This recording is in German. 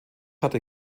hatte